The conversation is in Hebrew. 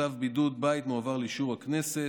צו בידוד בית מועבר לאישור הכנסת,